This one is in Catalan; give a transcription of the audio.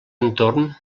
entorn